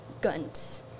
guns